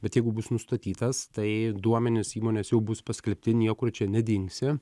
bet jeigu bus nustatytas tai duomenys įmonės jau bus paskelbti niekur čia nedingsi